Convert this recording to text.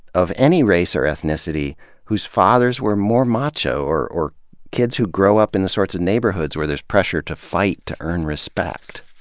any race or ethnicity whose fathers were more macho. or or kids who grow up in the sorts of neighborhoods where there's pressure to fight to earn respect.